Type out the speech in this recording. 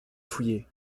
fouiller